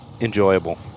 enjoyable